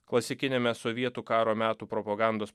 klasikiniame sovietų karo metų propagandos